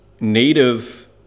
native